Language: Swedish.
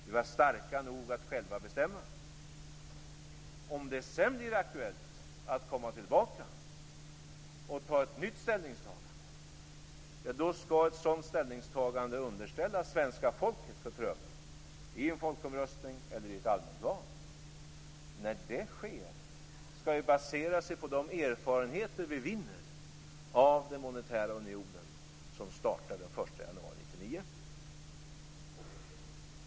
Vi var starka nog att själva bestämma. Om det sedan blir aktuellt att komma tillbaka med ett nytt ställningstagande, skall ett sådant underställas svenska folket för prövning, vid folkomröstning eller i ett allmänt val. När det sker skall det basera sig på de erfarenheter som vi vinner av den monetära unionen, som startar den 1 januari 1999.